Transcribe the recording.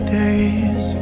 days